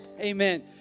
Amen